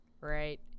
Right